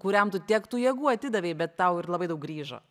kuriam tu tiek tų jėgų atidavei bet tau ir labai daug grįžo